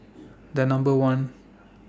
The Number one